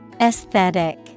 Aesthetic